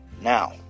Now